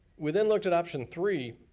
we then looked at option three,